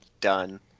Done